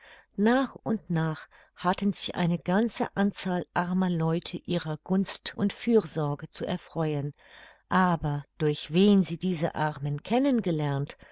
nach und nach hatten sich eine ganze anzahl armer leute ihrer gunst und fürsorge zu erfreuen aber durch wen sie diese armen